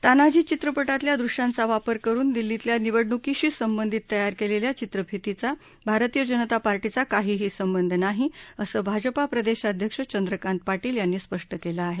तान्हाजी चित्रपटातल्या दूश्यांचा वापर करून दिल्लीतल्या निवडणूशी संबंधित तयार केलेल्या चित्रफितीचा भारतीय जनता पार्टीचा काहीही संबंध नाही असं भाजपा प्रदेशाध्यक्ष चंद्रकांत पाटील यांनी स्पष्ट केलं आहे